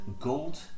gold